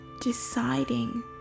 deciding